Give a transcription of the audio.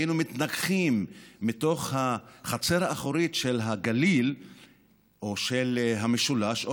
היינו מתנגחים מתוך החצר האחורית של הגליל או של המשולש או